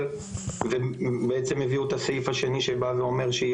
אבל בעצם הביאו את הסעיף השני שבא ואומר שיהיה